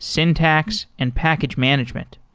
syntax and package management.